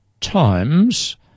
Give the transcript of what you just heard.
times